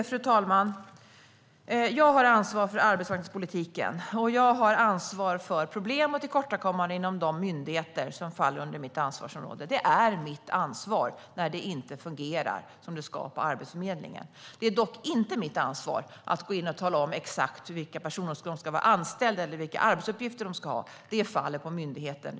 Fru talman! Jag har ansvar för arbetsmarknadspolitiken, och jag har ansvar för problem och tillkortakommanden inom de myndigheter som faller under mitt ansvarsområde. Det är mitt ansvar när det inte fungerar som det ska på Arbetsförmedlingen. Det är dock inte mitt ansvar att tala om exakt vilka personer som ska vara anställda eller vilka arbetsuppgifter de ska ha. Det faller på myndigheten.